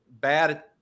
bad